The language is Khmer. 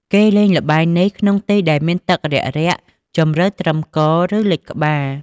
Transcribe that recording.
គេលេងល្បែងនេះ ក្នុងទីដែលមានទឹករាក់ៗ ជម្រៅត្រឹមក ឬលិចក្បាល ។